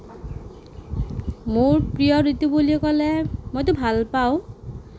মোৰ প্ৰিয় ঋতু বুলি ক'লে মইতো ভাল পাওঁ